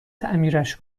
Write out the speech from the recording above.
تعمیرش